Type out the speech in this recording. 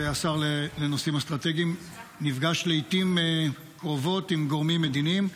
השר לנושאים אסטרטגיים נפגש לעיתים קרובות עם גורמים מדיניים.